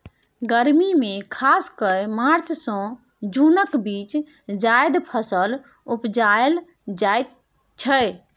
गर्मी मे खास कए मार्च सँ जुनक बीच जाएद फसल उपजाएल जाइ छै